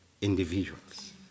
individuals